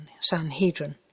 Sanhedrin